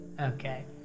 okay